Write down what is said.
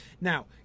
Now